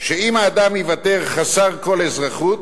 שאם האדם ייוותר חסר כל אזרחות,